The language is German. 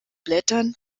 blättern